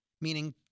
meaning